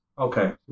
Okay